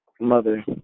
mother